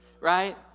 right